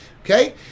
okay